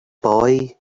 boy